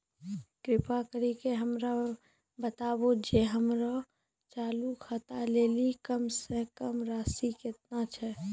कृपा करि के हमरा बताबो जे हमरो चालू खाता लेली कम से कम राशि केतना छै?